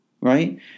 right